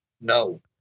No